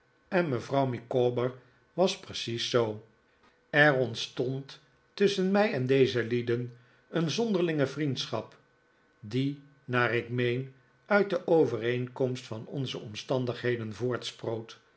en mevrouw micawber was precies zoo david copperfield er ontstond tusschen mij en deze lieden een zonderlinge vriendschap die naar ik meen uit de overeenkomst van onze omstandigheden voortsproot